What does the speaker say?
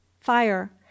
fire